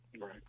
Right